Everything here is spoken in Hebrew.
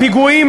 הפיגועים,